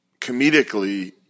comedically